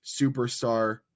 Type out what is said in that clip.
superstar